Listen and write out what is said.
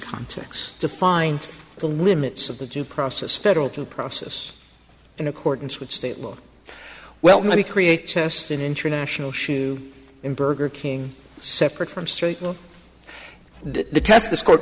context to find the limits of the due process federal to a process in accordance with state law well maybe create tests in international shoe in burger king separate from straight to the test this court